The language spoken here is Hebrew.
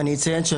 אני אציין,